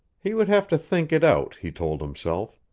he would have to think it out, he told himself.